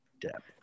Depth